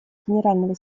генерального